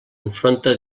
enfronta